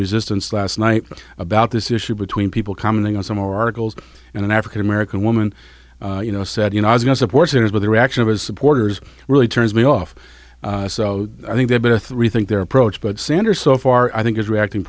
resistance last night about this issue between people commenting on some articles and an african american woman you know said you know i was going to support that is what the reaction of his supporters really turns me off so i think they both rethink their approach but sander so far i think is reacting